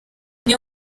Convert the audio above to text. niyo